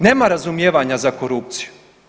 Nema razumijevanja za korupciju.